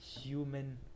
human